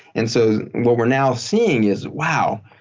and so what we're now seeing is wow!